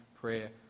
prayer